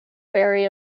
vary